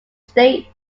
states